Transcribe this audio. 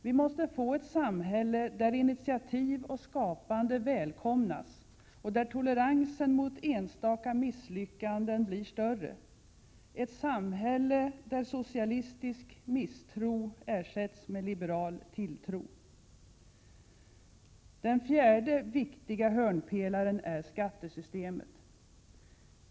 Vi måste få ett samhälle där initiativ och skapande välkomnas och där toleransen mot enstaka misslyckanden blir större, ett samhälle där socialistisk misstro ersätts med liberal tilltro. Den fjärde viktiga hörnpelaren är skattesystemet.